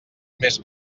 més